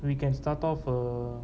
we can start off uh